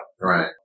right